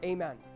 Amen